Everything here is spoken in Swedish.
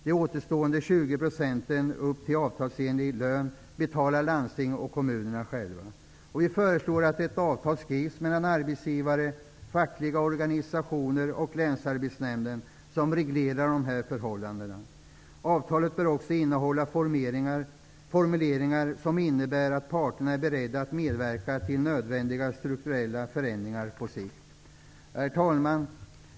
De återstående 20 procenten upp till avtalsenlig lön betalar landsting och kommuner själva. Vi föreslår att ett avtal skrivs mellan arbetsgivare, fackliga organisationer och länsarbetsnämnden som reglerar förhållandena. Avtalet bör också innehålla formuleringar som innebär att parterna är beredda att medverka till nödvändiga strukturella förändringar på sikt.'' Herr talman!